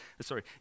sorry